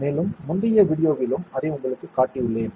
மேலும் முந்தைய வீடியோவிலும் அதை உங்களுக்குக் காட்டியுள்ளேன்